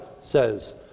says